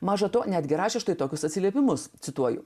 maža to netgi rašė štai tokius atsiliepimus cituoju